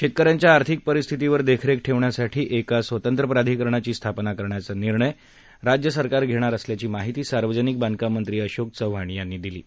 शेतकऱ्यांच्या आर्थिक परिस्थितीवर देखरेख ठेवण्यासाठी एक स्वतंत्र प्राधिकरणाची स्थापन करण्याचा राज्य सरकारचा विचार असल्याची माहिती सार्वजनिक बांधकाम मंत्री अशोक चव्हाण यांनी दिली आहे